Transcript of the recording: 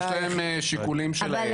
יש להם שיקולים שלהם.